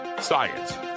science